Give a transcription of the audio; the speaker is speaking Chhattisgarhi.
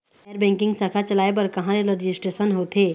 गैर बैंकिंग शाखा चलाए बर कहां ले रजिस्ट्रेशन होथे?